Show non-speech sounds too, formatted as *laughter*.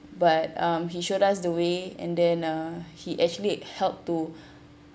but um he showed us the way and then uh he actually helped to *breath*